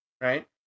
right